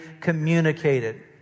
communicated